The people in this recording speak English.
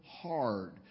hard